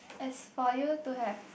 as for you to have